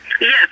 yes